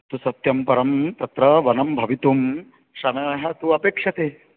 तत्तु सत्यं परं तत्र वनं भवितुं समयः तु अपेक्ष्यते